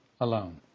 alone